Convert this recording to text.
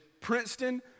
Princeton-